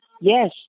yes